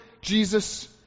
Jesus